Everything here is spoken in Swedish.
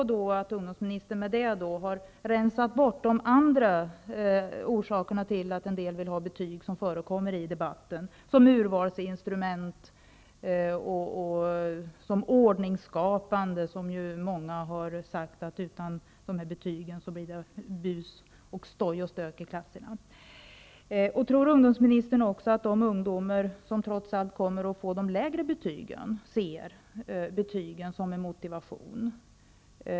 Har ungdomsministern därmed rensat bort de andra orsaker till att en del vill ha betygen som förekommer i debatten, som urvalsinstrument och som ordningsskapare? Många har ju sagt att det utan betygen blir bus och stoj och stökigt i klassen. Tror ungdomsministern att de ungdomar som trots allt kommer att få låga betyg också ser betygen som en motivation?